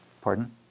Pardon